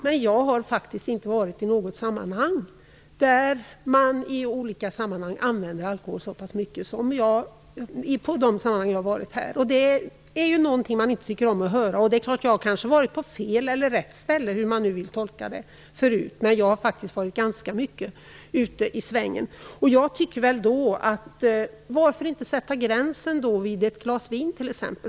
Men jag har inte tidigare varit med om att man i olika sammanhang använder så pass mycket alkohol som man gör här. Det är klart att det är någonting som man inte tycker om att höra. Jag kanske har varit på fel eller på rätt ställe förut, hur man nu vill tolka det. Men jag har faktiskt varit ganska mycket ute i svängen. Varför inte sätta gränsen vid ett glas vin?